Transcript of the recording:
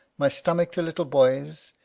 my stomach to little boys,